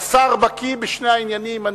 השר בקי בשני העניינים.